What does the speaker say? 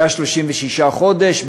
היה 36 חודש,